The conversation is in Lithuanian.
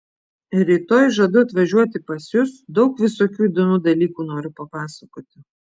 rytoj žadu atvažiuoti pas jus daug visokių įdomių dalykų noriu papasakoti